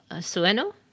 Sueno